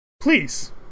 Please